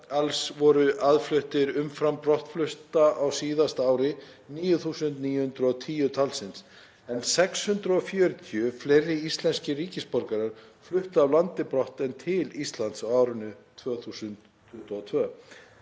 „Alls voru aðfluttir umfram brottflutta á síðasta ári 9.910 talsins, en 640 fleiri íslenskir ríkisborgarar fluttu af landi brott en til Íslands á árinu 2022.